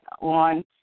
on